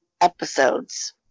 episodes